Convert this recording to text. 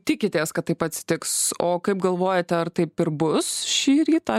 tikitės kad taip atsitiks o kaip galvojate ar taip ir bus šį rytą